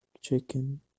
chicken